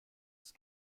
ist